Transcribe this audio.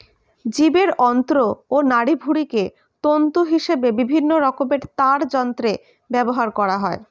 জীবের অন্ত্র ও নাড়িভুঁড়িকে তন্তু হিসেবে বিভিন্ন রকমের তারযন্ত্রে ব্যবহার করা হয়